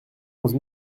onze